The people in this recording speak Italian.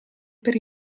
per